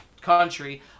country